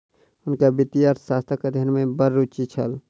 हुनका वित्तीय अर्थशास्त्रक अध्ययन में बड़ रूचि छल